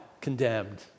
condemned